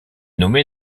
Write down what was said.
nommée